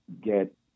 get